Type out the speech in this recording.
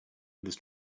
this